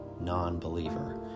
non-believer